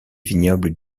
vignoble